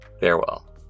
Farewell